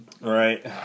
Right